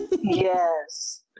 Yes